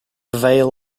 veil